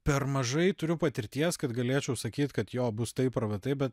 per mažai turiu patirties kad galėčiau sakyt kad jo bus taip arba taip bet